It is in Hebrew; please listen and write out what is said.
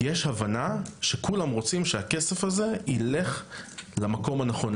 כי יש הבנה שכולם רוצים שהכסף הזה יילך למקום הנכון,